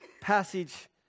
passage